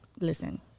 Listen